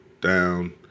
down